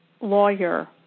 lawyer –